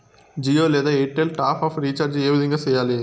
జియో లేదా Airtel top up recharge ఏ విధంగా సేయాలి